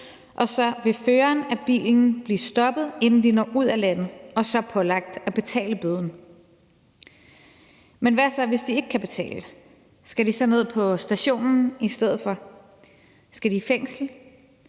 og så vil føreren af bilen blive stoppet, inden vedkommende når ud af landet, og så pålagt at betale bøden. Men hvad så hvis de ikke kan betale? Skal de så ned på stationen i stedet for? Skal de i fængsel?